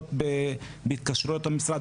עמותות מתקשרות למשרד,